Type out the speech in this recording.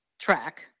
track